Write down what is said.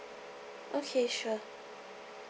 okay sure